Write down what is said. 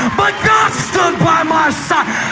but god stood by my side.